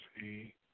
see